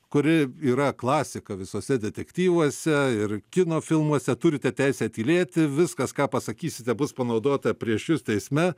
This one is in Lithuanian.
kuri yra klasika visuose detektyvuose ir kino filmuose turite teisę tylėti viskas ką pasakysite bus panaudota prieš jus teisme